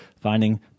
finding